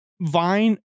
Vine